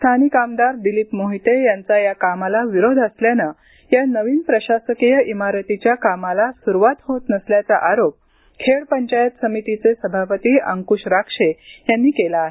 स्थानिक आमदार दिलीप मोहिते यांचा या कामाला विरोध असल्याने या नवीन प्रशाकीय इमारतीच्या कामाला सुरुवात होत नसल्याचा आरोप खेड पंचायत समितीचे सभापती अंकुश राक्षे यांनी केला आहे